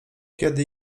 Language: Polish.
kiedy